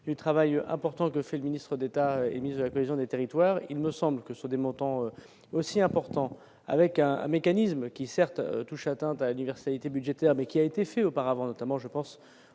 les travailleurs important de fait, le ministre d'État émises à la maison des territoires, il me semble que sur des montants aussi importants avec un mécanisme qui certes touche attentat universalité budgétaire mais qui a été fait auparavant, notamment je pense